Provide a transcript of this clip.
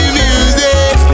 music